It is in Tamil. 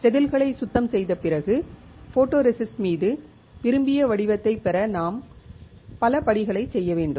செதில்களை சுத்தம் செய்த பிறகு போட்டோரெசிஸ்ட் மீது விரும்பிய வடிவத்தைப் பெற நாம் பல படிகளைச் செய்ய வேண்டும்